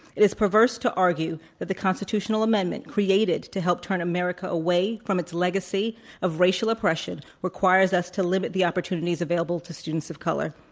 it is perverse to argue that the constitutional amendment created to help turn america away from its legacy of racial oppression requires us to limit the opportunities available to students of color.